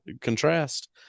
contrast